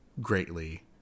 greatly